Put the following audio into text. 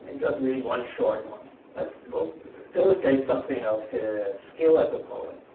just read one short one that will illustrate something of his skill as a poet.